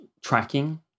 tracking